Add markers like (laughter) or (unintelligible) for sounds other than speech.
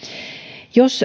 jos (unintelligible)